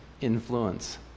influence